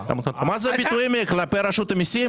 מה זה הביטויים האלה כלפי רשות המיסים.